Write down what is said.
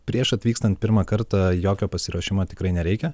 prieš atvykstant pirmą kartą jokio pasiruošimo tikrai nereikia